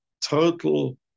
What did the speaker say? total